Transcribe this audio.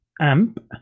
Amp